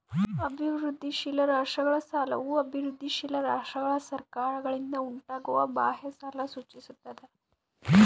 ಅಭಿವೃದ್ಧಿಶೀಲ ರಾಷ್ಟ್ರಗಳ ಸಾಲವು ಅಭಿವೃದ್ಧಿಶೀಲ ರಾಷ್ಟ್ರಗಳ ಸರ್ಕಾರಗಳಿಂದ ಉಂಟಾಗುವ ಬಾಹ್ಯ ಸಾಲ ಸೂಚಿಸ್ತದ